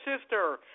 sister